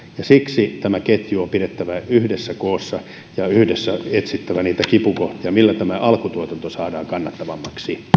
ja siksi tämä ketju on pidettävä yhdessä koossa ja on yhdessä etsittävä kipukohtiin niitä keinoja millä tämä alkutuotanto saadaan kannattavammaksi